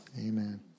Amen